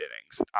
innings